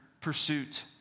pursuit